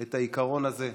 את העיקרון הזה.